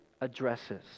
addresses